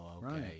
Right